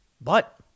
But-